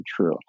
true